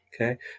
Okay